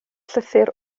llythyr